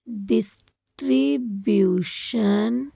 distribution